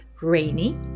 rainy